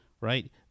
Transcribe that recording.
Right